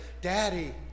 Daddy